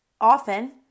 Often